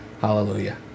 Hallelujah